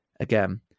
again